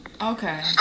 Okay